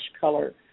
color